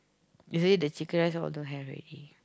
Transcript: yesterday the chicken rice all don't have already